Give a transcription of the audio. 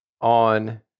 on